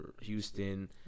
Houston